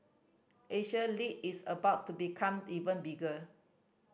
Asia lead is about to become even bigger